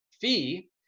fee